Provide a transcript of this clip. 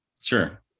sure